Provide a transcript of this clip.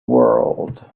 world